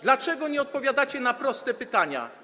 Dlaczego nie odpowiadacie na proste pytania?